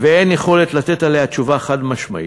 ואין יכולת לתת עליה תשובה חד-משמעית.